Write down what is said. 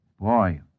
Boy